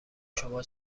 شما